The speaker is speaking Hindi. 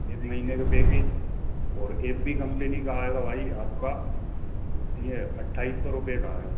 एक महीने का पैकेज और एफ़बी कम्पनी का आएगा भाई आपका सुनिए अट्ठाइस सौ रुपये का आएगा